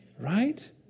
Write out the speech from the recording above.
Right